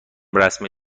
رسم